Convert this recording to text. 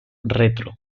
retro